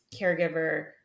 caregiver